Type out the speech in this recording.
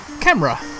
camera